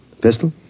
Pistol